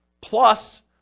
plus